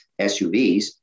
SUVs